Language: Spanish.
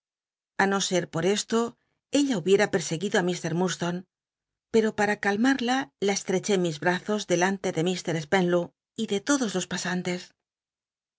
a no ser por esto ella hubiera perseguido á mr lurdstone pero para calmarla la estreché en mis bazos delante de mr spenlow y de lodos los pasantes